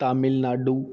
Tamil Nadu